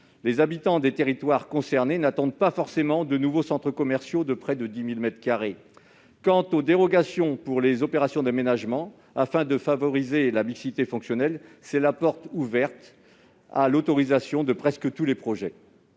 Les habitants des territoires concernés n'attendent pas forcément de nouveaux centres commerciaux de près de 10 000 mètres carrés. Quant aux dérogations pouvant être accordées aux « opérations d'aménagement » visant à « favoriser [...] la mixité fonctionnelle », c'est la porte ouverte à l'autorisation de presque tous les projets.